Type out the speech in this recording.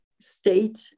state